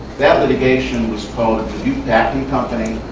that litigation was called dubuque packing company,